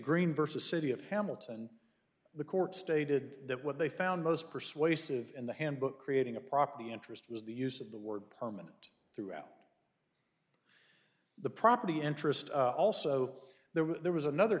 green versus city of hamilton the court stated that what they found most persuasive in the handbook creating a property interest was the use of the word permanent throughout the property interest also there was there was another